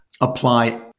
apply